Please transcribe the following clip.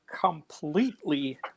completely